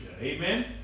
Amen